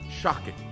shocking